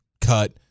cut